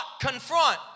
confront